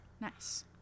Nice